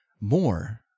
More